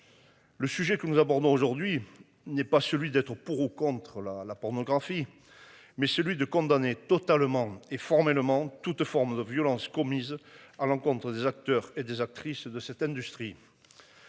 Le sujet que nous abordons aujourd'hui n'est pas celui d'être pour ou contre la la pornographie mais celui de condamner totalement et formellement toute forme de violences commises à l'encontre des acteurs et des actrices de cette industrie.